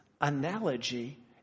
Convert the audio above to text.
analogy